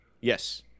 Yes